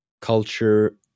culture